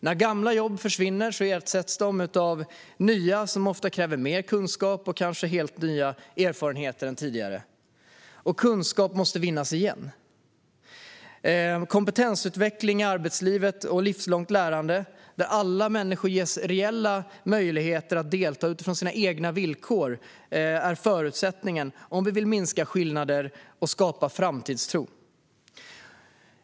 När gamla jobb försvinner ersätts de med nya som ofta kräver mer kunskap och kanske helt andra erfarenheter än tidigare. Kunskap måste vinnas igen. Kompetensutveckling i arbetslivet och livslångt lärande, där alla ges reella möjligheter att delta utifrån sina egna villkor, är en förutsättning om vi vill minska skillnader och skapa framtidstro.